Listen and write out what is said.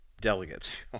delegates